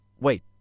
Wait